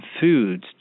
foods